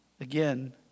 again